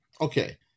okay